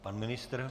Pan ministr?